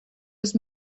los